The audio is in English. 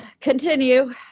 continue